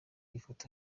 ifoto